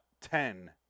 ten